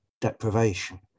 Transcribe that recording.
deprivation